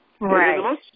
Right